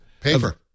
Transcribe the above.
Paper